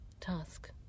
task